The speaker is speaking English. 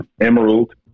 Emerald